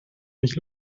mich